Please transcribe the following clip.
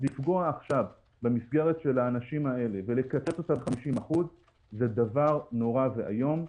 לפגוע עכשיו במסגרת של האנשים האלה ולקצץ אותה ב-50% זה דבר נורא ואיום.